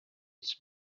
its